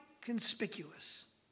conspicuous